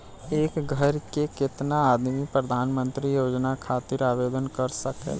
एक घर के केतना आदमी प्रधानमंत्री योजना खातिर आवेदन कर सकेला?